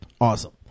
Awesome